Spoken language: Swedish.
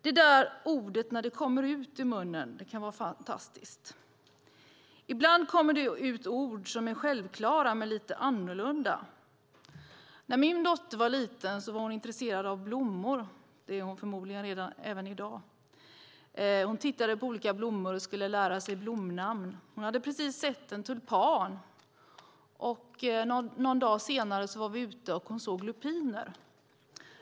Det där ordet som kommer ut ur munnen kan vara fantastiskt. Ibland kommer det ut ord som är självklara men lite annorlunda. När min dotter var liten var hon intresserad av blommor - förmodligen är hon det även i dag. Hon tittade på olika blommor och skulle lära sig blomnamn. Hon hade precis sett en tulpan. Någon dag senare när vi var ute såg hon lupiner.